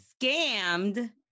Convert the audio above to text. scammed